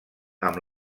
amb